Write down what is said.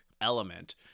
element